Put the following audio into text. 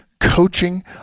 coaching